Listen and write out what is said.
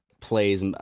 plays